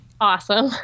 Awesome